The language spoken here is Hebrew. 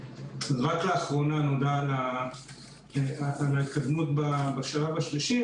רק לאחרונה נודע על ההתקדמות בשלב השלישי.